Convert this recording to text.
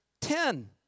Ten